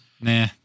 Nah